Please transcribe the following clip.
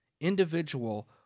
individual